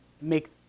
make